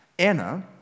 Anna